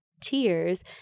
tears